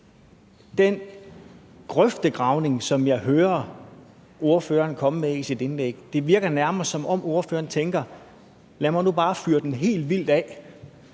den grøftegravning, som jeg hører ligge i ordførerens indlæg. Det virker nærmest, som om ordføreren tænker: Lad mig nu bare fyre den helt vildt af,